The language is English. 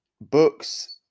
books